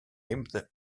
ibn